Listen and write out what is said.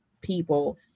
people